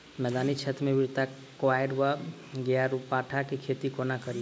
मैदानी क्षेत्र मे घृतक्वाइर वा ग्यारपाठा केँ खेती कोना कड़ी?